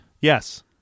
Yes